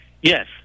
yes